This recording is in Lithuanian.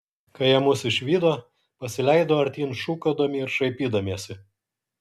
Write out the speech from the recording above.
kai jie mus išvydo pasileido artyn šūkaudami ir šaipydamiesi